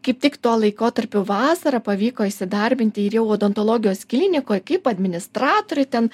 kaip tik tuo laikotarpiu vasarą pavyko įsidarbinti ir jau odontologijos klinikoj kaip administratorei ten